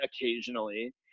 occasionally